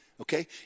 Okay